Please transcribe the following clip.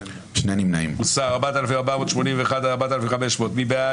זה אומר רוויזיה על הסתייגויות 4040-4021. מי בעד?